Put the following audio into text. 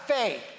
faith